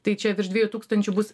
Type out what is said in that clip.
tai čia virš dviejų tūkstančių bus